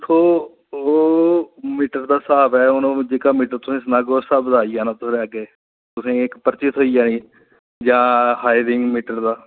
ओह् हून मीटर दा स्हाब ऐ जो मीटर उप्पर होग ओह् आई जाना थुआढ़े अग्गे तुसें गी इक पर्ची थ्होई जानी जां हारिंग मीटर दा